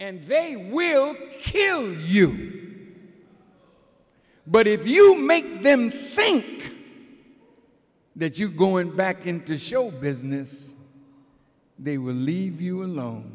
and they will kill you but if you make them think that you going back into show business they will leave you alone